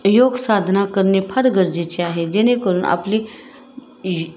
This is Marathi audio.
योगसाधना करणे फार गरजेचे आहे जेणेकरून आपली